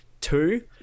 Two